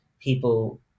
people